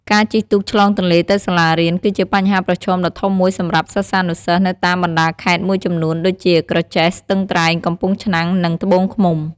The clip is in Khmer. ការជិះទូកឆ្លងទន្លេទៅសាលារៀន គឺជាបញ្ហាប្រឈមដ៏ធំមួយសម្រាប់សិស្សានុសិស្សនៅតាមបណ្ដាខេត្តមួយចំនួនដូចជា ក្រចេះ ស្ទឹងត្រែង កំពង់ឆ្នាំង និង ត្បូងឃ្មុំ។